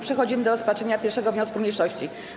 Przechodzimy do rozpatrzenia 1. wniosku mniejszości.